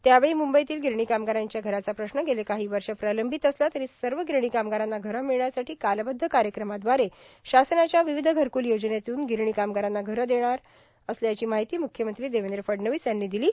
त्यावेळी मुंबईतील गिरणी कामगारांच्या घराचा प्रश्न गेले काहो वष प्रलंबत असला तरां सव र्गिरणी कामगारांना घरे र्मिळण्यासाठी कालबद्ध कायक्रमाद्वारे शासनाच्या र्वावध घरकूल योजनेतून र्गगणी कामगारांना घरे देणार असल्याची मार्ाहती मुख्यमंत्री देवद्र फडणवीस यांनी दिलो